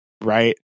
right